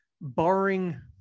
barring